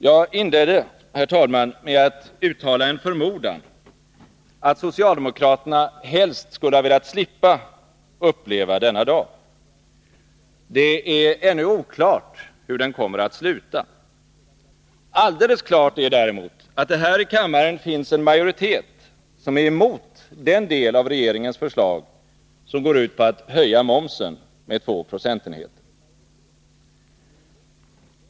Jag inledde, herr talman, med att uttala en förmodan att socialdemokraterna helst skulle ha velat slippa uppleva denna dag. Det är ännu oklart hur den kommer att sluta. Alldeles klart är däremot att det här i kammaren finns en majoritet som är emot den del av regeringens förslag som går ut på att höja momsen med två procentenheter.